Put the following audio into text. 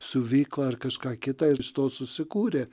siuvyklą ar kažką kita ir iš to susikūrė